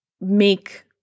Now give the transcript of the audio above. make